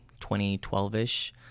2012-ish